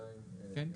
כן,